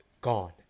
gone